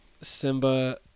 simba